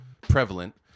prevalent